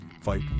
fight